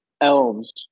Elves